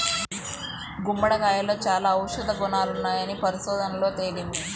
గుమ్మడికాయలో చాలా ఔషధ గుణాలున్నాయని పరిశోధనల్లో తేలింది